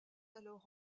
alors